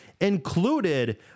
included